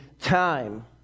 time